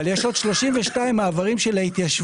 אבל יש עוד 32 מעברים של ההתיישבות